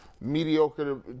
mediocre